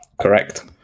Correct